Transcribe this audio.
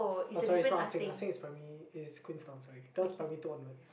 oh sorry is not Ah-Seng Ah-Seng is primary is Queenstown sorry it was primary two onwards